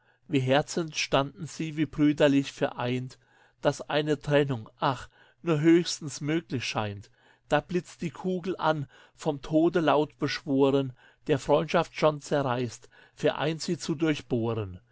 wie herzend standen sie wie brüderlich vereint dass eine trennung ach nur höchstens möglich scheint da blitzt die kugel an vom tode laut beschworen der freundschaft sonst zerreißt vereint sie zu durchbohren